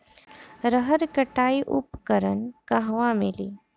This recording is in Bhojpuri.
रहर कटाई उपकरण कहवा मिली?